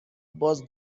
باز